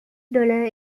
dollar